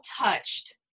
touched